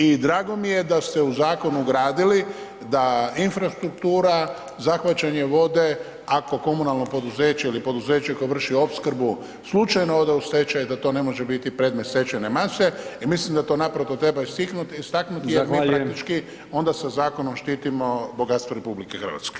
I drago mi je da ste u zakon ugradili da infrastruktura, zahvaćanje vode ako komunalno poduzeće ili poduzeće koje vrši opskrbu slučajno ode u stečaj da to ne može biti predmet stečajne mase i mislim da to naprosto treba istaknuti [[Upadica: Zahvaljujem…]] jer mi praktički onda sa zakonom štitimo bogatstvo RH.